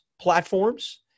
platforms